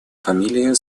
фамилии